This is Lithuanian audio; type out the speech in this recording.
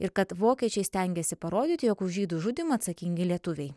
ir kad vokiečiai stengėsi parodyti jog už žydų žudymą atsakingi lietuviai